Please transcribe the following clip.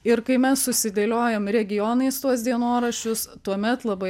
ir kai mes susidėliojom regionais tuos dienoraščius tuomet labai